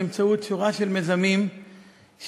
באמצעות שורה של מיזמים שמטרתם